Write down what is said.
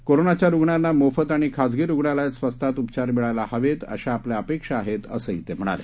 कोरोनाच्यारुग्णांनामोफतआणिखाजगीरुग्णालयातस्वस्तातउपचारमिळायलाहवेतअशा आपल्याअपेक्षाआहेतअसंहीतेम्हणाले